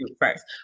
first